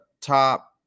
top